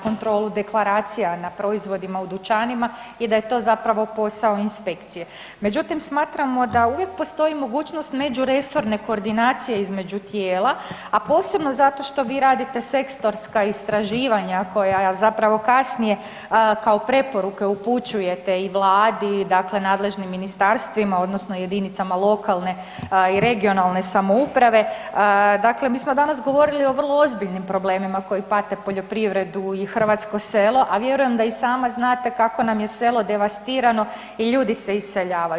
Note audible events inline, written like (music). kontrolu deklaracija na proizvodima i u dućanima i da je to zapravo posao inspekcije, međutim, smatramo da uvijek postoji mogućnost međuresorne koordinacije između tijela, a posebno zato što vi radite ... (unintelligible) istraživanja koja zapravo kasnije kao preporuka upućujete i Vladi, dakle nadležnim ministarstvima odnosno jedinicama lokalne i regionalne samouprave, dakle mi smo danas govorili o vrlo ozbiljnim problemima koji pate poljoprivredu i hrvatsko selo, a vjerujem da i sama znate kako nam je selo devastirano i ljudi se iseljavaju.